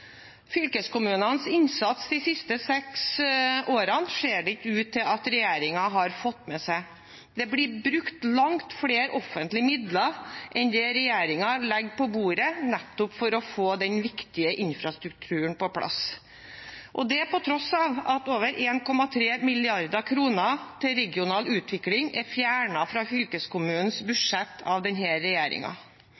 Fylkeskommunenes innsats de siste seks årene ser det ikke ut til at regjeringen har fått med seg. Det blir brukt langt flere offentlige midler enn det regjeringen legger på bordet nettopp for å få den viktige infrastrukturen på plass – det på tross av at over 1,3 mrd. kr til regional utvikling er fjernet fra